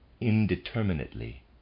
indeterminately